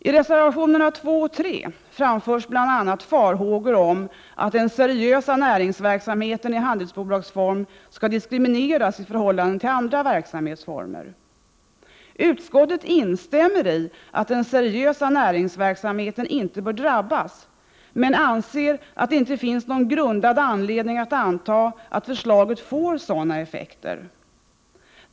I reservationerna 2 och 3 framförs bl.a. farhågor om att den seriösa näringsverksamheten i handelsbolagsform skall diskrimineras i förhållande till andra verksamhetsformer. Utskottet instämmer i att den seriösa näringsverksamheten inte bör drabbas men anser att det inte finns någon grundad anledning att anta att förslaget får sådana effekter.